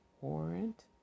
warrant